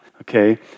okay